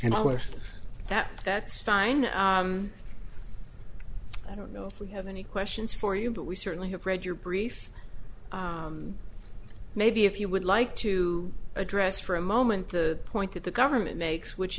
like that that's fine i don't know if we have any questions for you but we certainly have read your briefs maybe if you would like to address for a moment the point that the government makes which